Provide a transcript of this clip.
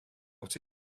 what